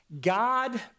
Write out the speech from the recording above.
God